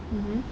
mmhmm